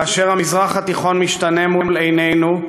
כאשר המזרח התיכון משתנה מול עינינו,